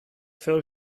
veel